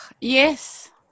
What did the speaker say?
yes